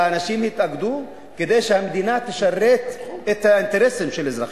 אלא אנשים התאגדו כדי שהמדינה תשרת את האינטרסים של אזרחיה.